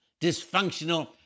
dysfunctional